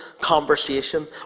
conversation